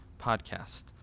podcast